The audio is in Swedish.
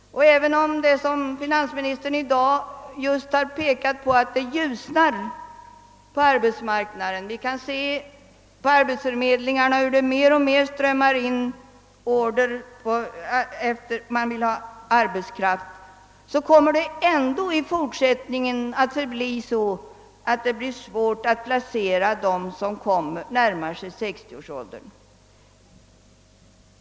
Även om det är riktigt som finansministern sade tidigare i dag att det ljusnar på arbetsmarknaden — vi ser på arbetsförmedlingarna hur man efterfrågar arbetskraft mer och mer — kommer det ändå att vara svårt att i framtiden placera de människor som börjar närma sig 60-årsäldern.